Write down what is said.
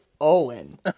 Owen